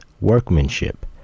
workmanship